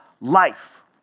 life